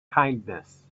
kindness